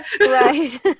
Right